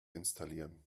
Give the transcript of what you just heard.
installieren